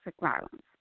violence